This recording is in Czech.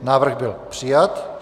Návrh byl přijat.